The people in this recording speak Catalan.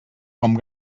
com